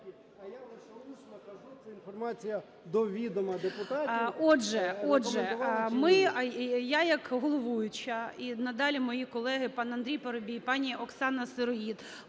Отже, ми, я як головуюча і надалі мої колеги, пан Андрій Парубій, пані Оксана Сироїд,